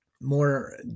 more